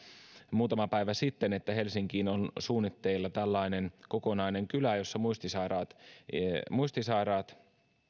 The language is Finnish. muutama päivä sitten uutisoitiin siitä että helsinkiin on suunnitteilla kokonainen kylä jossa muistisairaat muistisairaat